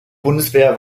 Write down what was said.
bundeswehr